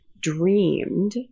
dreamed